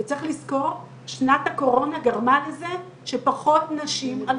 זה נכון שיש לנו screeninig ומטא אנליזות אבל